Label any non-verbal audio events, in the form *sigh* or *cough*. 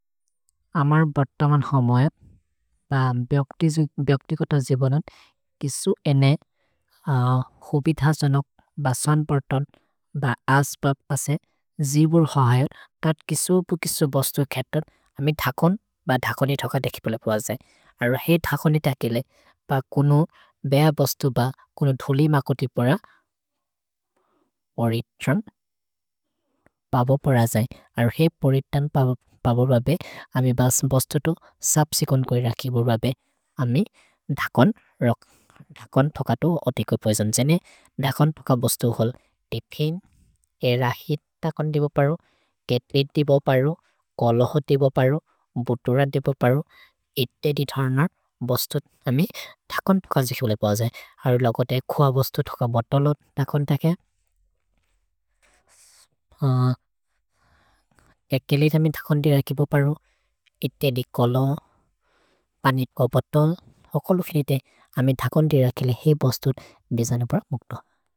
अमर् बर्तमन् हमए, ब ब्यक्ति कोत जिबनन्, किसु एने होबि धसनक्, ब सोन्पर्तन्, ब अस्प पसे जिबुर् हहयो, तत् किसु बुकिसु बस्तु खेतन्, अमे धकोन् ब धकोनि धक देखि पल प अजए। अरो हे धकोनि त केले, ब कुनु बेअ बस्तु ब कुनु धोलि मकोति पर *hesitation* ओरित्रन् पवो पर अजए। अरो हे ओरित्रन् पवो ब बे, अमे बस्तु तु सप्सिकोन् कोइ रखि बोर् ब बे, अमे धकोन् रोक्। धकोन् थोक तु अति कोइ प अजए। जेने धकोन् थोक बस्तु होल्, तेफिन्, एर हित् थकोन् देबो परो, केतित् देबो परो, कोलोहो देबो परो, बुतोर देबो परो, इत्ते दि धरनर् बस्तु। अमे धकोन् थोक जिखि पोले प अजए। अरो लोगो ते खुअ बस्तु थोक बोतोलो धकोन् त के। *hesitation* एक् केले ते अमे धकोन् देबो परो, इत्ते दि कोलोहो, पनित् को बोतोलो, होको लोघेले ते अमे धकोन् देबो परो, हे बस्तु बेजन पर मुक्त।